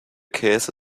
käse